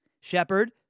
Shepard